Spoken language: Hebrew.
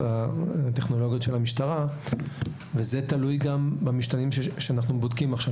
הטכנולוגיות של המשטרה וזה תלוי גם במשתנים שאנחנו בודקים עכשיו,